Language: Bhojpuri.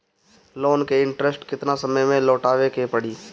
लोन के इंटरेस्ट केतना समय में लौटावे के पड़ी?